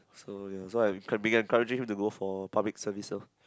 so ya so I've been encouraging him to go for public services